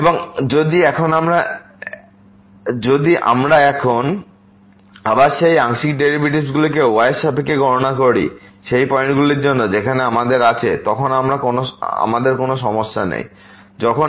এবং এখন যদি আমরা এখন আবার সেই আংশিক ডেরিভেটিভগুলিকে y এর সাপেক্ষে গণনা করি সেই পয়েন্টগুলির জন্য যেখানে আমাদের আছে তখন আমাদের কোন সমস্যা নেই যখন x ≠ y2